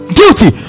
guilty